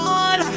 on